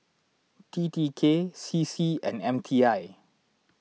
T T K C C and M T I